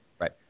Right